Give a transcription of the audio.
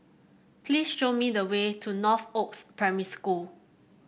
please show me the way to Northoaks Primary School